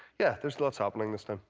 yeah. there's lots happening this time.